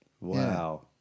wow